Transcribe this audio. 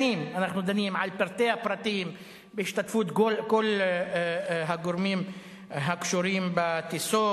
שנים אנחנו דנים על פרטי הפרטים בהשתתפות כל הגורמים הקשורים לטיסות,